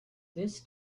this